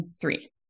three